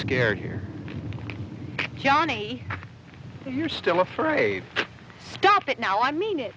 scared here johnny you're still afraid to stop it now i mean it